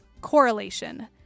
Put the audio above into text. correlation